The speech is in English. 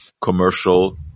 commercial